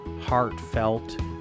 heartfelt